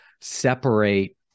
separate